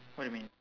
what you mean